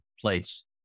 place